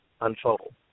unfold